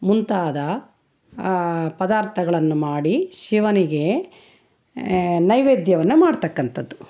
ಮುಂತಾದ ಪದಾರ್ಥಗಳನ್ನು ಮಾಡಿ ಶಿವನಿಗೆ ನೈವೇದ್ಯವನ್ನು ಮಾಡತಕ್ಕಂಥದ್ದು